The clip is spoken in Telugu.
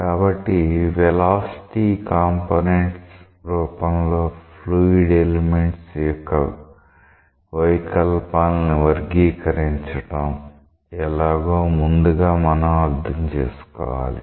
కాబట్టి వెలాసిటీ కాంపోనెంట్స్ రూపంలో ఫ్లూయిడ్ ఎలిమెంట్స్ యొక్క వైకల్పాలని వర్గీకరించడం ఎలాగో ముందుగా మనం అర్థం చేసుకోవాలి